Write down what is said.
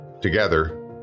Together